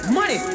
Money